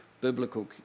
biblical